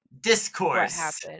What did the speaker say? Discourse